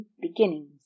Beginnings